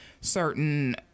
certain